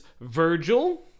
Virgil